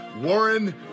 Warren